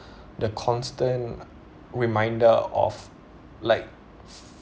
the constant reminder of like